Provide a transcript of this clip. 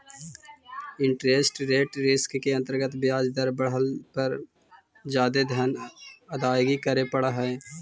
interest rate risk के अंतर्गत ब्याज दर बढ़ला पर जादे धन अदायगी करे पड़ऽ हई